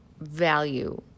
value